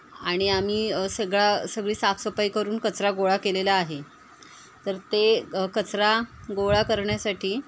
आणि आम्ही सगळा सगळी साफसफाई करून कचरा गोळा केलेला आहे तर ते ग कचरा गोळा करण्यासाठी